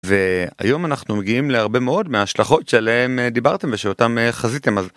והיום אנחנו מגיעים להרבה מאוד מההשלכות שעליהם דיברתם ושאותם חזיתם.